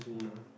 mmhmm